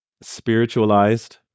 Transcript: spiritualized